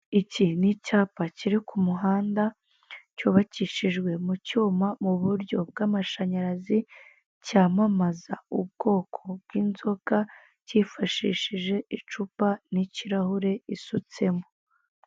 Iki ni icyapa kiri k'umuhanda cyubakishijwe mucyuma muburyo bwamashanyarazi cyamamaza ubwoko bwinzoga cyifashishije icupa nikirahure isutsemo.